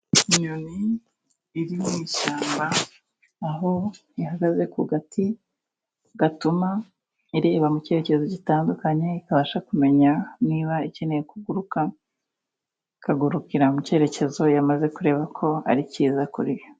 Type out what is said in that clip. Inyoni iri mu ishyamba aho ihagaze ku gati gatuma ireba mu cyerekezo gitandukanye , ikabasha kumenya niba ikeneye kuguruka ,ikagurukira mu cyerekezo yamaze kureba ko ari cyiza kuri yo.